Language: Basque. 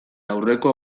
aurreko